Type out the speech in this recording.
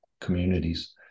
communities